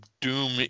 Doom